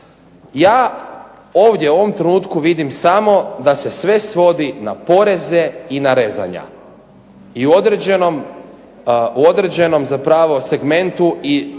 Ja ovdje u ovom trenutku vidim samo da se sve svodi na poreze i na rezana. I u određenom zapravo segmentu i znamo